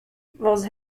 was